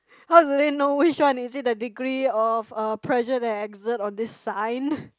how do they know which one is it the degree of uh pressure to exert on this sign